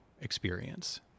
experience